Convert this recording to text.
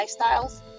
lifestyles